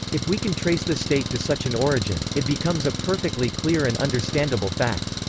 if we can trace the state to such an origin, it becomes a perfectly clear and understandable fact.